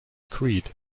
creed